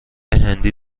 هندی